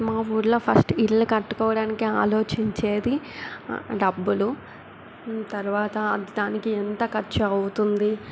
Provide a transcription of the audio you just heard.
మా ఊళ్ళో ఫస్ట్ ఇళ్ళు కట్టుకోవడానికి ఆలోచించేది డబ్బులు తరువాత దానికి ఎంత ఖర్చు అవుతుంది